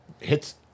hits